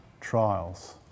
trials